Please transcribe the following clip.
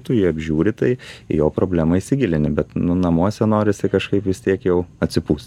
tu jį apžiūri tai į jo problemą įsigilini bet nu namuose norisi kažkaip vis tiek jau atsipūst